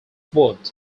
ward